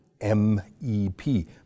MEP